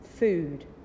Food